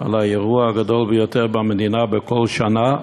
על האירוע הגדול במדינה בכל שנה,